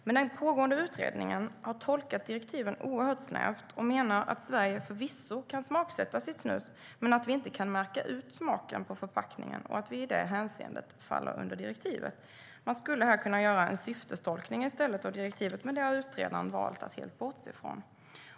Men den pågående utredningen har tolkat direktiven oerhört snävt och menar att Sverige förvisso kan smaksätta sitt snus, men att vi inte kan märka ut smaken på förpackningen och att vi i det hänseendet faller under direktivet. Man skulle här i stället kunna göra en syftestolkning av direktivet, men det har utredaren valt att helt bortse från.